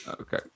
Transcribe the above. Okay